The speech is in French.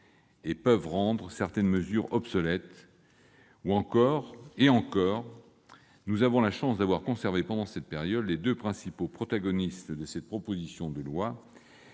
qui peut rendre certaines mesures obsolètes. Et encore, nous avons la chance d'avoir conservé pendant ce laps de temps les deux principaux protagonistes de cette proposition de loi